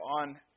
on